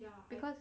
because